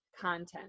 content